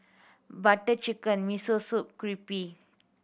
Butter Chicken Miso Soup Crepe